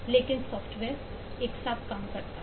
लेकिन सॉफ्टवेयर एक साथ काम करता है